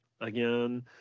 again